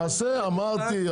נעשה, אמרתי.